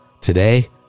Today